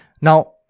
now